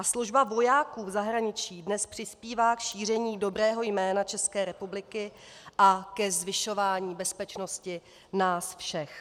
Služba vojáků v zahraničí dnes přispívá k šíření dobrého jména České republiky a ke zvyšování bezpečnosti nás všech.